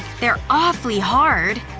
they're awfully hard.